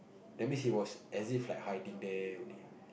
that means he was as if like hiding there only